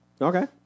Okay